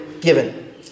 given